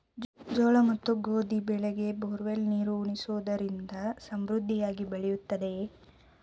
ಜೋಳ ಮತ್ತು ಗೋಧಿ ಬೆಳೆಗೆ ಬೋರ್ವೆಲ್ ನೀರು ಉಣಿಸುವುದರಿಂದ ಸಮೃದ್ಧಿಯಾಗಿ ಬೆಳೆಯುತ್ತದೆಯೇ?